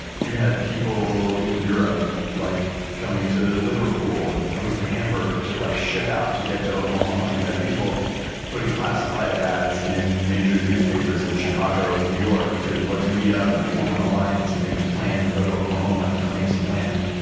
you had people in europe like coming to liverpool, and coming to hamburg to like, ship out to get to oklahoma. you had people putting classified ads in major newspapers in chicago and new york to let's meet up and form an alliance and make a plan, and go to oklahoma and claim some land.